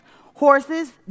horses